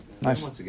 Nice